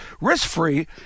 risk-free